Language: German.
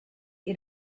ihr